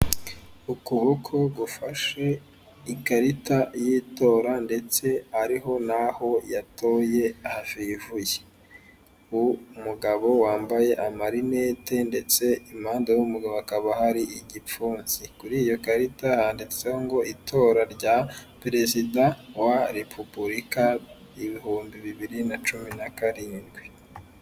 Ukuboko gufashe ikarita y'itora ndetse ariho naho yatoye hafivuye. Umugabo wambaye amarinete ndetse impande w'umugabo hakaba hari igipfunsi. Kuri iyo karita handitsweho ngo itora rya perezida wa repubulika ibihumbi bibiri nacumi na karindwi.